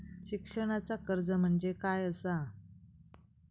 शिक्षणाचा कर्ज म्हणजे काय असा?